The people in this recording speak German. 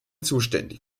zuständig